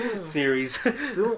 series